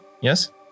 yes